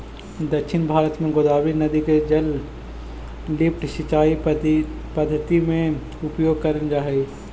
दक्षिण भारत में गोदावरी नदी के जल के लिफ्ट सिंचाई पद्धति में प्रयोग करल जाऽ हई